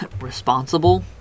responsible